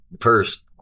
first